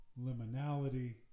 liminality